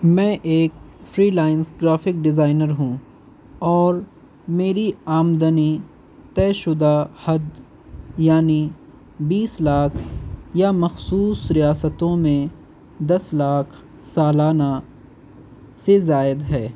میں ایک freelance graphic designer ہوں اور میری آمدنی طےشدہ حد یعنی بیس لاکھ یا مخصوص ریاستوں میں دس لاکھ سالانہ سے زائد ہے